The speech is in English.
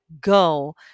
go